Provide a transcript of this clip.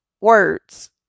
words